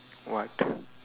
what